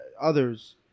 others